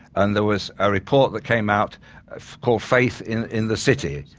and was a report that came out called faith in in the city,